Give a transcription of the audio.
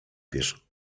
wiesz